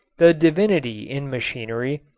the divinity in machinery,